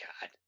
god